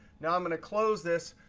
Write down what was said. now i'm going to close this.